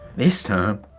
this time,